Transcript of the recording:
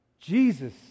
Jesus